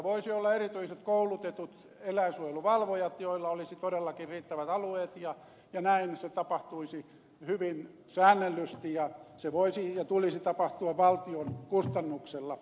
voisi olla erityiset koulutetut eläinsuojeluvalvojat joilla olisi todellakin riittävät alueet ja näin se tapahtuisi hyvin säännellysti ja se voisi ja sen tulisi tapahtua valtion kustannuksella